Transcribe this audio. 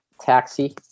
taxi